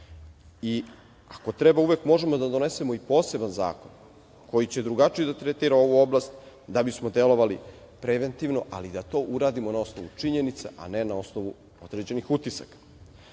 Ako treba, uvek treba da donesemo i poseban zakon koji će drugačije da tretira ovu oblast, da bismo delovali preventivno, ali da to uradimo na osnovu činjenica, a ne na osnovu određenih utisaka. Ne